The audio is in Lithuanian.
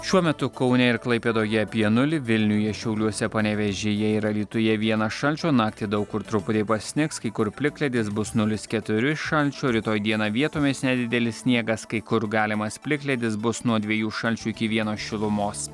šiuo metu kaune ir klaipėdoje apie nulį vilniuje šiauliuose panevėžyje ir alytuje vieną šalčio naktį daug kur truputį pasnigs kai kur plikledis bus nulis keturi šalčio rytoj dieną vietomis nedidelis sniegas kai kur galimas plikledis bus nuo dviejų šalčio iki vieno šilumos